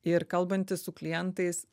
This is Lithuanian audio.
ir kalbantis su klientais